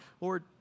Lord